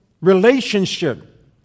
relationship